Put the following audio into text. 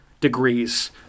degrees